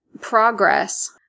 progress